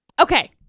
Okay